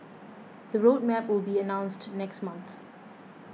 the road map will be announced next month